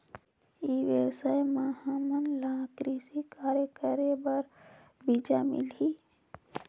ई व्यवसाय म हामन ला कृषि कार्य करे बर बीजा मिलही?